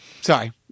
Sorry